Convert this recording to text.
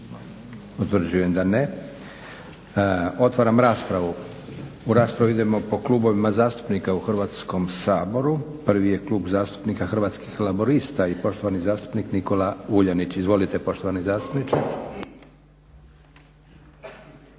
Utvrđujem da ne. Otvaram raspravu. U raspravi idemo po klubovima zastupnika u Hrvatskom saboru. Prvi je Klub zastupnika Hrvatskih laburista i poštovani zastupnik Nikola Vuljanić. Izvolite poštovani zastupniče.